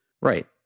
Right